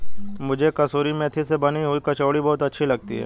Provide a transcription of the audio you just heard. मुझे कसूरी मेथी से बनी हुई कचौड़ी बहुत अच्छी लगती है